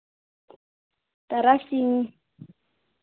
ᱛᱟᱨᱟᱥᱤᱧ